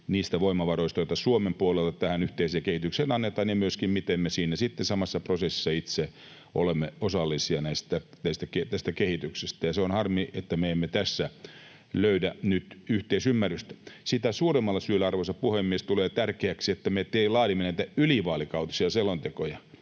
niistä voimavaroista, joita Suomen puolelta tähän yhteiseen kehitykseen annetaan, ja myöskin siitä, miten me siinä sitten samassa prosessissa itse olemme osallisia tässä kehityksessä, ja se on harmi, että me emme tässä löydä nyt yhteisymmärrystä. Sitä suuremmalla syyllä, arvoisa puhemies, tulee tärkeäksi, että me laadimme näitä ylivaalikautisia selontekoja,